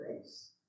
face